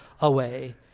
away